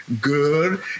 good